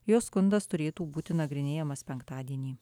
jo skundas turėtų būti nagrinėjamas penktadienį